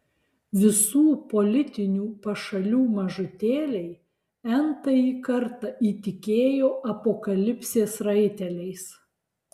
visų politinių pašalių mažutėliai n tąjį kartą įtikėjo apokalipsės raiteliais